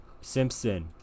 Simpson